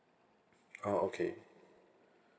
oh okay